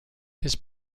his